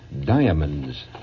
Diamonds